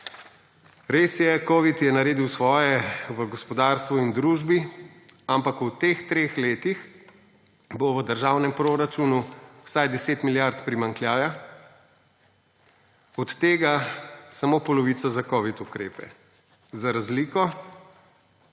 Res je, covid je naredil svoje v gospodarstvu in družbi, ampak v teh treh letih bo v državnem proračunu vsaj 10 milijard primanjkljaja, od tega samo polovica za covid ukrepe. Za razliko